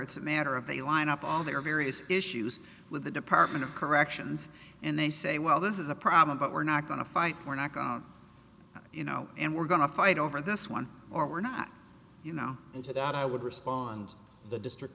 it's a matter of they line up all their various issues with the department of corrections and they say well this is a problem but we're not going to fight we're not you know and we're going to fight over this one or we're not you know and to that i would respond the district